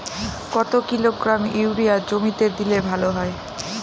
কত kilogram urea জমিতে দিলে ভালো হয়?